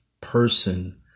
person